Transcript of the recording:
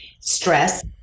stress